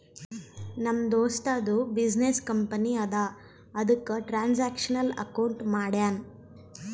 ನಮ್ ದೋಸ್ತದು business company ಅದಾ ಅದುಕ್ಕ ಟ್ರಾನ್ಸ್ಅಕ್ಷನಲ್ ಅಕೌಂಟ್ ಮಾಡ್ಸ್ಯಾನ್